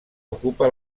ocupa